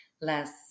less